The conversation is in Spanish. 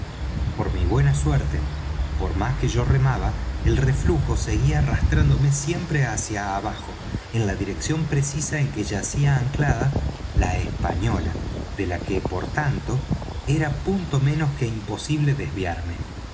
por mi buena suerte por más que yo remaba el reflujo seguía arrastrándome siempre hacia abajo en la dirección precisa en que yacía anclada la española de la que por tanto era punto menos que imposible desviarme